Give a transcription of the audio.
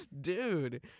Dude